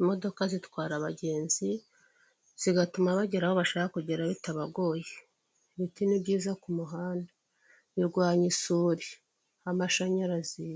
Imodoka zitwara abagenzi, zigatuma bagera aho bashaka kugera bitabagoye. Ibiti ni byiza ku muhanda, birwanya isuri. Amashanyarazi